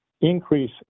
increase